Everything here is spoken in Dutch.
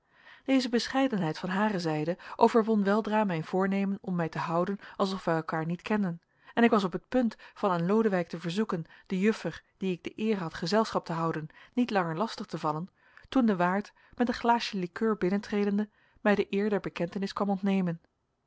deze bescheidenheid van hare zijde overwon weldra mijn voornemen om mij te houden alsof wij elkaar niet kenden en ik was op het punt van aan lodewijk te verzoeken de juffer die ik de eer had gezelschap te houden niet langer lastig te vallen toen de waard met een glaasje likeur binnentredende mij de eer der bekentenis kwam ontnemen